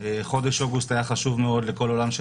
חודש אוגוסט היה חשוב מאוד לכל העולם של